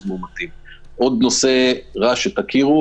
נושא רע שתכירו